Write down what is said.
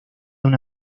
una